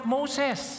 Moses